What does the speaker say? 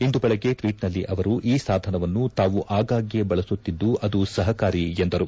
ಇಂದು ಬೆಳಗ್ಗೆ ಟ್ವೀಟ್ ನಲ್ಲಿ ಅವರು ಈ ಸಾಧನವನ್ನು ತಾವು ಆಗ್ಗಾಗ್ಗೆ ಬಳಸುತ್ತಿದ್ದು ಅದು ಸಪಕಾರಿ ಎಂದರು